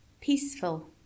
peaceful